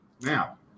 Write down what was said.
Now